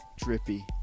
Drippy